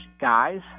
guys